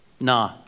Nah